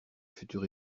futur